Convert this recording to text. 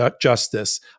justice